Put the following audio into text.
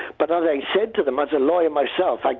but as i said to them, as a lawyer myself, like